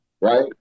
right